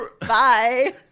Bye